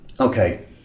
Okay